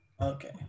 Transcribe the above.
Okay